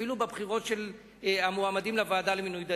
אפילו בבחירות של המועמדים לוועדה למינוי דיינים.